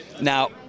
Now